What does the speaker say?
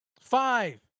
Five